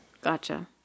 gotcha